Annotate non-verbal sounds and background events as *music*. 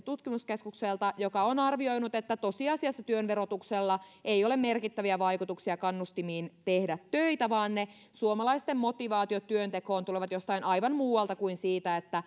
*unintelligible* tutkimuskeskukselta joka on arvioinut että tosiasiassa työn verotuksella ei ole merkittäviä vaikutuksia kannustimiin tehdä töitä vaan suomalaisten motivaatiot työntekoon tulevat jostain aivan muualta kuin siitä